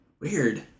Weird